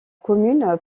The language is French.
commune